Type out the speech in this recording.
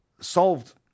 Solved